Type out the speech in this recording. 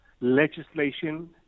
legislation